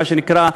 מה שנקרא,